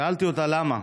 שאלתי אותה למה,